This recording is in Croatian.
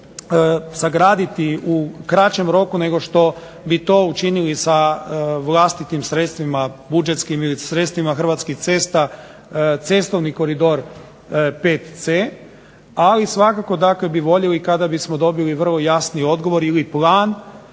sagraditi u kraćem roku nego što bi to učinili sa vlastitim sredstvima budžetskim ili sredstvima Hrvatskih cesta cestovni Koridor VC, ali svakako dakle bi voljeli kada bismo dobili vrlo jasniji odgovor ili plan